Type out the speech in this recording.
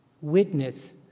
witness